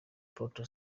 proto